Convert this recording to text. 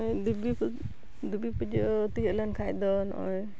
ᱫᱮᱵᱤᱯᱩᱡᱟᱹ ᱛᱤᱭᱳᱜ ᱞᱮᱱ ᱠᱷᱟᱱ ᱫᱚ ᱱᱚᱜᱼᱚᱭ